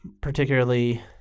Particularly